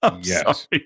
Yes